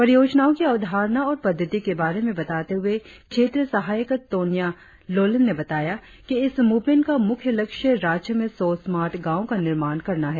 परियोजनाओं की अवधारणा और पद्दति के बारे में बताते हुए क्षेत्रीय सहायक तोनिया लोलेन ने बताया कि इस मूवमेंट का मुख्य लक्ष्य राज्य में सौ स्मार्ट गांवो का निर्माण करना है